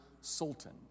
sultan